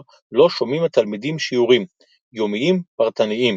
לא שומעים התלמידים שיעורים יומיים פרטניים,